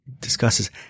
discusses